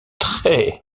très